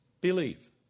believe